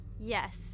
Yes